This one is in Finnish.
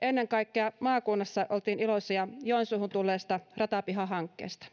ennen kaikkea maakunnassa oltiin iloisia joensuuhun tulleesta ratapihahankkeesta